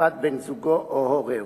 לקצבת בן-זוגו או הורהו.